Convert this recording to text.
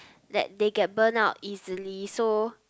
that they get burn out easily so